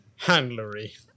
Handlery